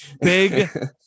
Big